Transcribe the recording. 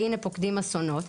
והנה פוקדים אסונות,